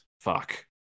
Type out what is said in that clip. Fuck